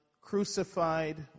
crucified